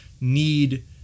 need